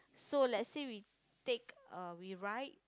so let's say we take uh we ride